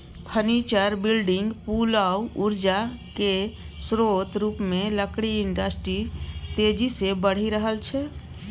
furniture, building, पुल आ उर्जा केर स्रोत रुपमे लकड़ी इंडस्ट्री तेजी सँ बढ़ि रहल छै